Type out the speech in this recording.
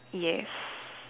yes